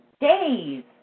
days